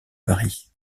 paris